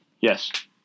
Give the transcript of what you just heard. Yes